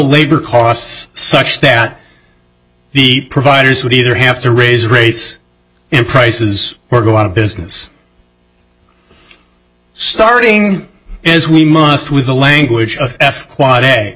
labor costs such that the providers would either have to raise rates and prices or go out of business starting as we must with the language of